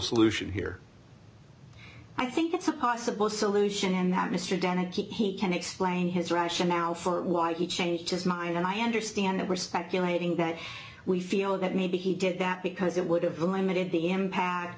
solution here i think it's a possible solution in that mr dennett he can explain his rationale for why he changed his mind and i understand that we're speculating that we feel that maybe he did that because it would have limited the impact